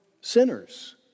sinners